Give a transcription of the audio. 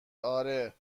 اره